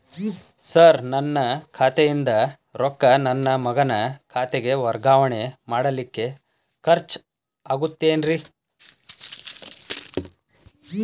Sir ನನ್ನ ಖಾತೆಯಿಂದ ರೊಕ್ಕ ನನ್ನ ಮಗನ ಖಾತೆಗೆ ವರ್ಗಾವಣೆ ಮಾಡಲಿಕ್ಕೆ ಖರ್ಚ್ ಆಗುತ್ತೇನ್ರಿ?